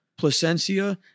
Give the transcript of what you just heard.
Placencia